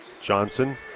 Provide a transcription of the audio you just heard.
Johnson